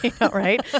right